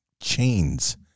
chains